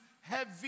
heavy